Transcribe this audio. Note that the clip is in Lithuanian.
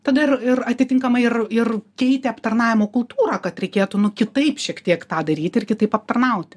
tada ir ir atitinkamai ir ir keitė aptarnavimo kultūrą kad reikėtų nu kitaip šiek tiek tą daryti ir kitaip aptarnauti